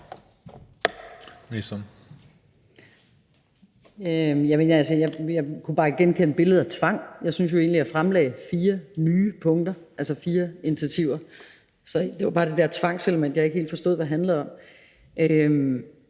Jeg synes jo egentlig, at jeg fremlagde fire nye punkter, altså fire initiativer. Så det var bare det der tvangselement, jeg ikke helt forstod hvad handlede om.